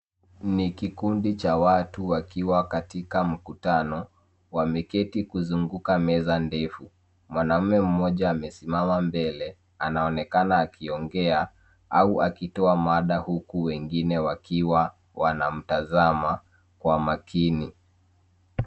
Ni kikundi cha watu waliokusanyika kwenye mkutano, wameketi kuzunguka meza ndefu. Mwanaume mmoja amesimama mbele, anaonekana akiongea au akitoa mada huku wengine wakimtazama kwa makini.